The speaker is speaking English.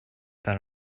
that